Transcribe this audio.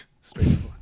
straightforward